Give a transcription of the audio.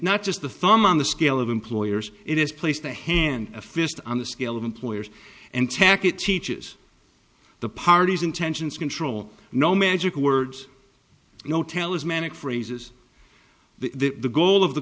not just the thumb on the scale of employers it is placed a hand a fist on the scale of employers and tack it teaches the parties intentions control no magical words no talismanic phrases the goal of the